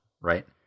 right